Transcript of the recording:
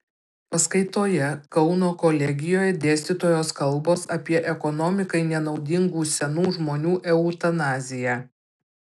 paskaitoje kauno kolegijoje dėstytojos kalbos apie ekonomikai nenaudingų senų žmonių eutanaziją